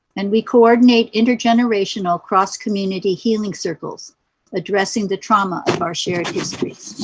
and we coordinate intergenerational cross-community healing circles addressing the trauma of our shared histories.